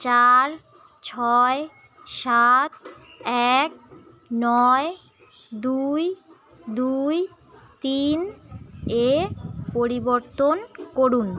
চার ছয় সাত এক নয় দুই দুই তিন এ পরিবর্তন করুন